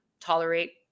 tolerate